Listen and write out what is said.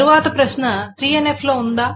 తరువాత ప్రశ్న 3NF లో ఉందా